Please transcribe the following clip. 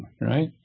right